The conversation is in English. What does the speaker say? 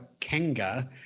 Kenga